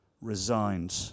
resigned